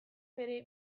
bere